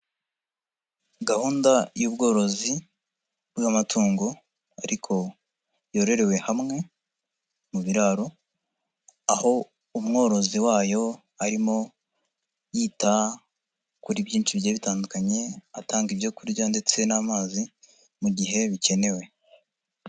Gahunda y'ubworozi bw'amatungo ariko yorerewe hamwe mu biraro, aho umworozi wayo arimo yita kuri byinshi byari bitandukanye, atanga ibyokurya ndetse n'amazi mu gihe bikenewe.